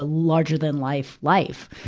ah larger-than-life life.